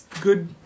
good